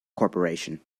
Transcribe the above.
corporation